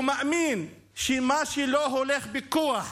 ומאמין שמה שלא הולך בכוח